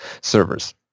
servers